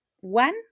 One